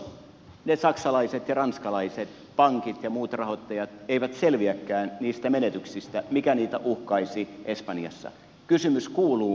jos ne saksalaiset ja ranskalaiset pankit ja muut rahoittajat eivät selviäkään niistä menetyksistä mitkä niitä uhkaisivat espanjassa kysymys kuuluu